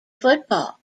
football